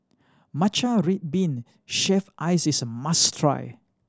matcha red bean shaved ice is a must try